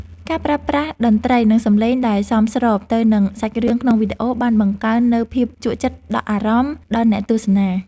ការប្រើប្រាស់តន្ត្រី និងសំឡេងដែលសមស្របទៅនឹងសាច់រឿងក្នុងវីដេអូបានបង្កើននូវភាពជក់ចិត្តដក់អារម្មណ៍ដល់អ្នកទស្សនា។